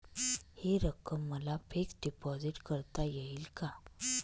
हि रक्कम मला फिक्स डिपॉझिट करता येईल का?